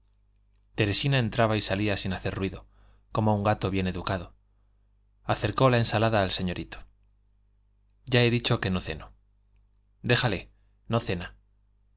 teresina entraba y salía sin hacer ruido como un gato bien educado acercó la ensalada al señorito ya he dicho que no ceno déjale no cena